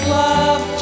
love